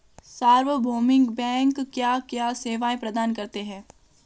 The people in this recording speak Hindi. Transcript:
सार्वभौमिक बैंक क्या क्या सेवाएं प्रदान करते हैं?